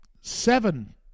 seven